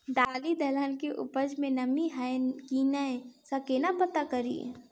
दालि दलहन केँ उपज मे नमी हय की नै सँ केना पत्ता कड़ी?